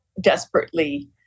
desperately